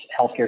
healthcare